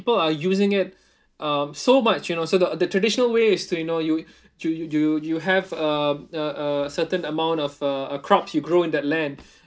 people are using it um so much you know so the the traditional ways to you know you you you you have uh uh uh certain amount of uh crops you grow in that land